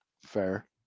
Fair